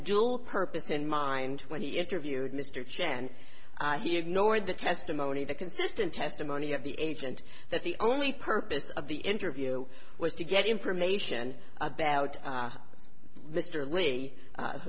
dual purpose in mind when he interviewed mr chen he ignored the testimony the consistent testimony of the agent that the only purpose of the interview was to get information about